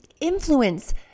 influence